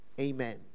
Amen